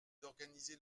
d’organiser